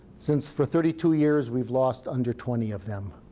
since, for thirty two years, we've lost under twenty of them.